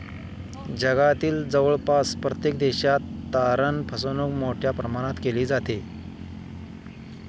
जगातील जवळपास प्रत्येक देशात तारण फसवणूक मोठ्या प्रमाणात केली जाते